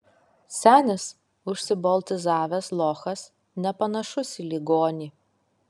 senis užsiboltizavęs lochas nepanašus į ligonį